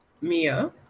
mia